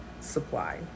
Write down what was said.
supply